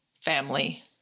family